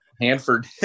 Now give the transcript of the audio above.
Hanford